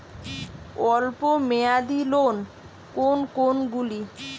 অল্প মেয়াদি লোন কোন কোনগুলি?